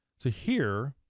so here,